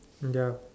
ya